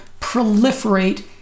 proliferate